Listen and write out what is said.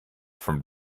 from